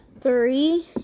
three